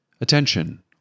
Attention